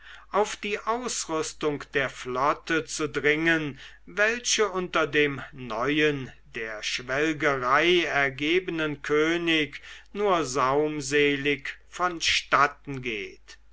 auf die ausrüstung der flotte zu dringen welche unter dem neuen der schwelgerei ergebenen könig nur saumselig vonstatten geht